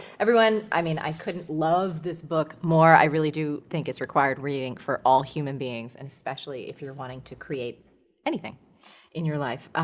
everyone, i mean, i couldn't love this book more. i really do think it's required reading for all human beings, and especially if you're wanting to create anything in your life.